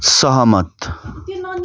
सहमत